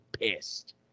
pissed